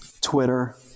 Twitter